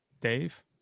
dave